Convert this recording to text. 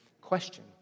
question